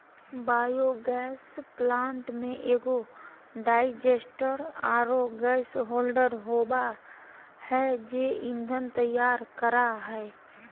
biogas plant में एगो digester आरो गैस होल्डर होबा है जे ईंधन तैयार करा हइ